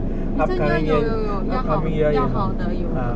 recent year 有有有要好的要好的有